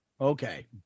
Okay